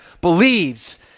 believes